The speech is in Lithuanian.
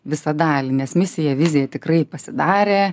visą dalį nes misiją viziją tikrai pasidarė